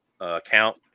account